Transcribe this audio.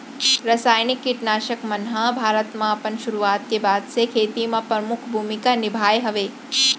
रासायनिक किट नाशक मन हा भारत मा अपन सुरुवात के बाद से खेती मा परमुख भूमिका निभाए हवे